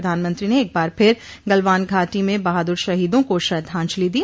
प्रधानमंत्री ने एक बार फिर गलवान घाटी में बहादुर शहीदों को श्रद्वांजलि दी